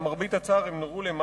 למרבה הצער והכאב,